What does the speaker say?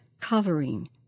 covering